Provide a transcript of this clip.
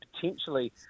potentially